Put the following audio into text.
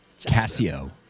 Casio